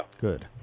Good